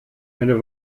eine